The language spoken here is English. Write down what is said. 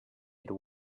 had